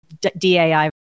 DAI